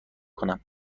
کنم